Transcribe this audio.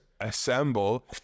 assemble